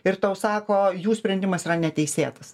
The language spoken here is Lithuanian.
ir tau sako jų sprendimas yra neteisėtas